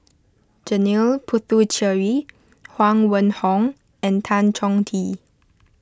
Janil Puthucheary Huang Wenhong and Tan Chong Tee